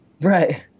right